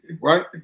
Right